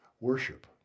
Worship